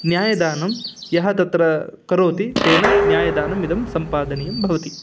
न्यायदानं यः तत्र करोति तेन न्यायदानम् इदं सम्पादनीयं भवति